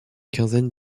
quinzaine